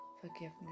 forgiveness